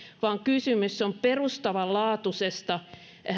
vaan kysymys on perustavanlaatuisesta